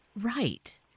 Right